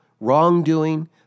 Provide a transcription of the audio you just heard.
wrongdoing